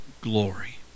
glory